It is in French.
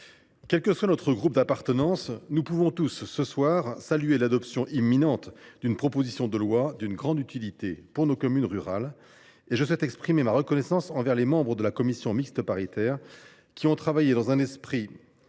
auquel nous appartenons, nous pouvons tous, ce soir, saluer l’adoption imminente d’une proposition de loi d’une grande utilité pour nos communes rurales. Je souhaite exprimer ma reconnaissance envers les membres de la commission mixte paritaire qui ont travaillé dans l’esprit de